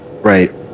Right